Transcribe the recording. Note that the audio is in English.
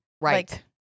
Right